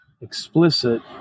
explicit